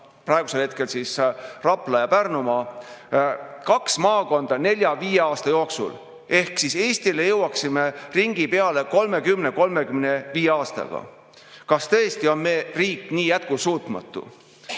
praegusel hetkel Rapla‑ ja Pärnumaa – nelja-viie aasta jooksul ehk Eestile jõuaksime ringi peale 30–35 aastaga. Kas tõesti on meie riik nii jätkusuutmatu?